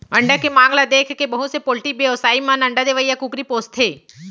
अंडा के मांग ल देखके बहुत से पोल्टी बेवसायी मन अंडा देवइया कुकरी पोसथें